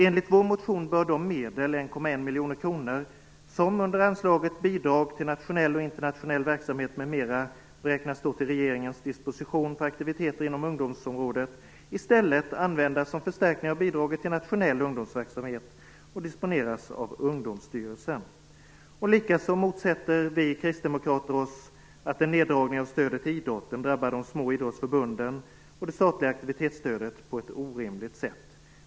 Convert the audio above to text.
Enligt vår motion bör de medel, 1,1 miljoner kronor, som under anslaget Bidrag till nationell och internationell verksamhet m.m. beräknas stå till regeringens disposition för aktiviteter inom ungdomsområdet i stället användas som förstärkning av bidraget till nationell ungdomsverksamhet och disponeras av Likaså motsätter vi kristdemokrater oss att en neddragning av stödet till idrotten drabbar de små idrottsförbunden och det statliga aktivitetsstödet på ett orimligt sätt.